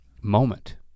moment